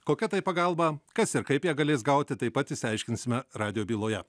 kokia tai pagalba kas ir kaip ją galės gauti taip pat išsiaiškinsime radijo byloje